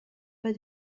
pas